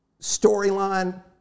storyline